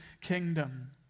kingdom